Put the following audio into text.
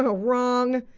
ah wrong!